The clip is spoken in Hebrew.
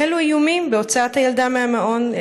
החלו איומים בהוצאת הילדה מהמעון.